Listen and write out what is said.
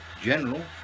General